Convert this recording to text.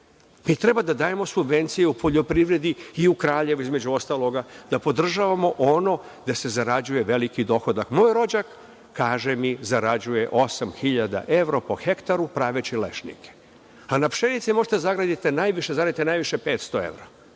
treba da dajemo subvencije u poljoprivredi, i u Kraljevu između ostalog, da podržavamo ono gde se zarađuje veliki dohodak. Moj rođak, kaže mi, zarađuje osam hiljada evra po hektaru praveći lešnike, a na pšenici možete da zaradite najviše 500 evra.